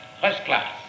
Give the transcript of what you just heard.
first-class